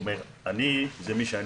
הוא אומר אני זה מי שאני